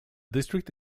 district